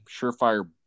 surefire